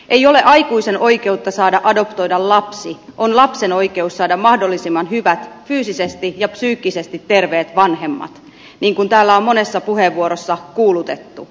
ei ole aikuisen oikeutta saada adoptoida lapsi on lapsen oikeus saada mahdollisimman hyvät fyysisesti ja psyykkisesti terveet vanhemmat niin kuin täällä on monessa puheenvuorossa kuulutettu